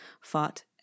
fought